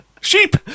Sheep